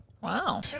wow